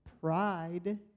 pride